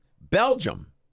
Belgium